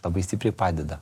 labai stipriai padeda